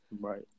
Right